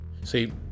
See